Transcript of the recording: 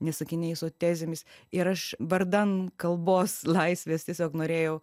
ne sakiniais o tezėmis ir aš vardan kalbos laisvės tiesiog norėjau